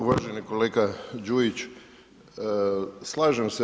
Uvaženi kolega Đujić, slažem se.